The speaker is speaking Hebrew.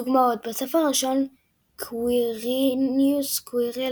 דוגמאות בספר הראשון קוויריניוס קווירל